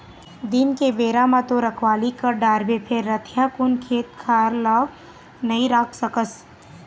दिन के बेरा म तो रखवाली कर डारबे फेर रतिहा कुन खेत खार ल नइ राख सकस